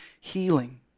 healing